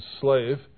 slave